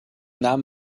namen